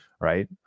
right